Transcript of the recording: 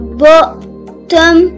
bottom